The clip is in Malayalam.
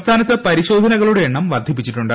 സംസ്ഥാനത്ത് പരിശോധനകളുടെ എണ്ണം വർദ്ധിപ്പിച്ചിട്ടുണ്ട്